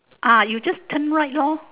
ah you just turn right lor